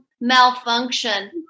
malfunction